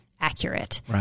accurate